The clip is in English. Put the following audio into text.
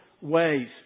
ways